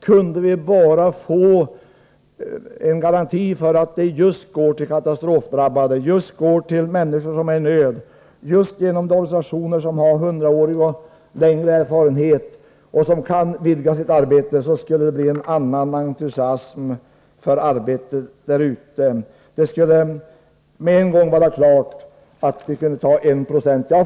Kunde vi bara få en garanti för att pengarna går till katastrofdrabbade, till människor i nöd, genom organisationer som har hundraårig eller längre erfarenhet och som kan vidga sitt arbete, skulle det bli en annan entusiasm för hjälparbetet. Det skulle med en gång stå klart att vi kunde nå enprocentsmålet.